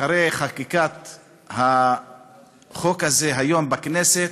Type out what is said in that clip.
אחרי חקיקת החוק הזה היום בכנסת,